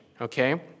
Okay